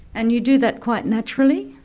and you do that quite naturally?